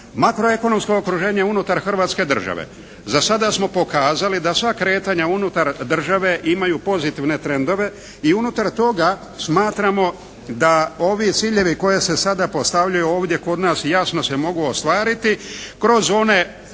Makro ekonomsko okruženje unutar Hrvatske države. Za sada smo pokazali da sva kretanja unutar države imaju pozitivne trendove i unutar toga smatramo da ovi ciljevi koji se sada postavljaju ovdje kod nas jasno se mogu ostvariti kroz one